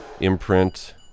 imprint